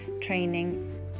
Training